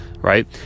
right